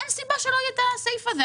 אין סיבה שלא יהיה הסעיף הזה.